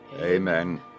Amen